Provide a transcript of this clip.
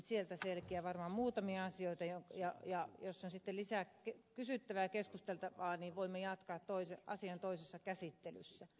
sieltä selviää varmaan muutamia asioita ja jos on sitten lisää kysyttävää ja keskusteltavaa niin voimme jatkaa asian toisessa käsittelyssä